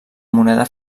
moneda